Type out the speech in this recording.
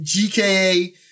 GKA